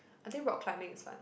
I think rock climbing is fun